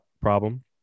problem